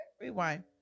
Rewind